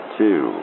two